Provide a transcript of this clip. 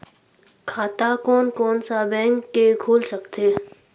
खाता कोन कोन सा बैंक के खुल सकथे?